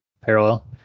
parallel